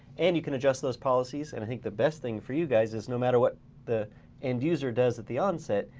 and you can adjust those policies. and i think the best thing for you guys is, no matter what the end user does at the onset,